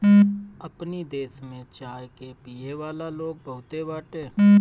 अपनी देश में चाय के पियेवाला लोग बहुते बाटे